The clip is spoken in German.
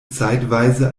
zeitweise